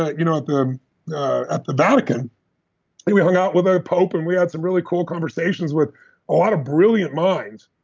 ah you know at the at the vatican, and we hung out with the pope and we had some really cool conversations with a lot of brilliant minds,